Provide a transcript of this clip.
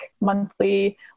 monthly